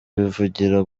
bivugira